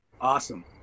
Awesome